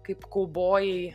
kaip kaubojai